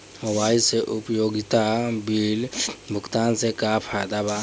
Mobile से उपयोगिता bill भुगतान से का फायदा बा?